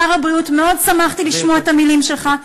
שר הבריאות, מאוד שמחתי לשמוע את המילים שלך.